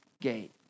gate